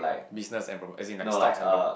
business and proper~ as in like stocks and proper